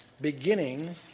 beginning